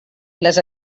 les